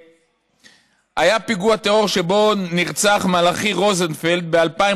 היה פיגוע טרור שבו נרצח מלאכי רוזנפלד ב-2015